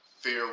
fair